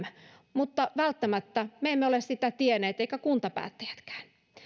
mutta välttämättä me emme ole sitä tienneet eivätkä kuntapäättäjätkään